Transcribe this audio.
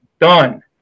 Done